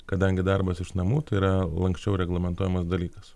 kadangi darbas iš namų tai yra lanksčiau reglamentuojamas dalykas